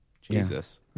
Jesus